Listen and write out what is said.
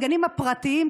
הגנים הפרטיים,